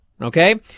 Okay